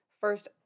first